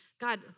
God